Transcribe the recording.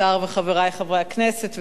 השר וחברי חברי הכנסת,